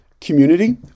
community